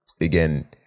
Again